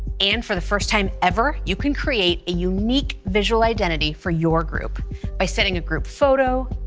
and for the first time ever, you can create a unique visual identity for your group by setting a group photo,